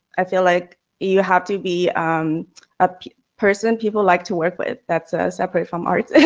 i feel like you have to be a person people like to work with that's separate from arts.